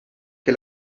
que